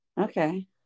Okay